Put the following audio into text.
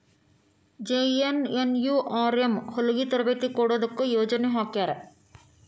JNNURM ಹೊಲಗಿ ತರಬೇತಿ ಕೊಡೊದಕ್ಕ ಯೊಜನೆ ಹಾಕ್ಯಾರ